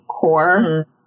core